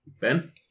Ben